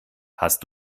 hast